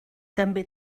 també